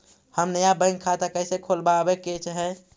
हम नया बैंक खाता कैसे खोलबाबे के है?